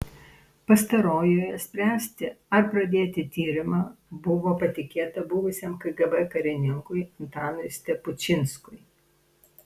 pastarojoje spręsti ar pradėti tyrimą buvo patikėta buvusiam kgb karininkui antanui stepučinskui